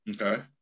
Okay